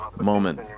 moment